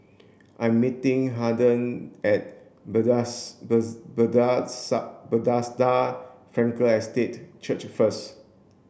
I'm meeting Harden at Bethesda Frankel Estate Church first